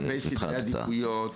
לגבי סדרי עדיפויות,